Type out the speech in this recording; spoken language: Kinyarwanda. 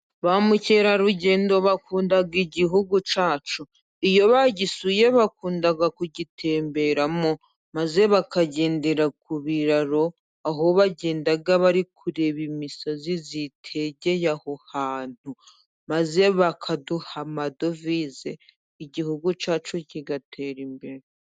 Ba mukerarugendo bakunda igihugu cyacu. Iyo bagisuye bakundaga kugitemberamo maze bakagendera ku biraro aho bagendaga bari kureba imisozi yitegeye aho hantu, maze bakaduha amadovize igihugu cyacu kigatera imbere.